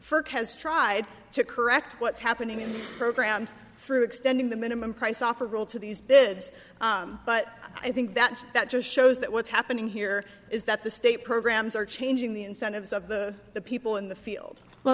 for has tried to correct what's happening in these programs through extending the minimum price offer rule to these beds but i think that that just shows that what's happening here is that the state programs are changing the incentives of the people in the field well